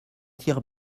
tire